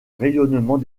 rayonnement